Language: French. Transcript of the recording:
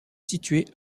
situé